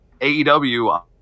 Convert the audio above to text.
AEW